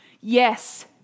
Yes